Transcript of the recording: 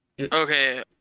Okay